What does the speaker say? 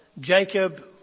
Jacob